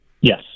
yes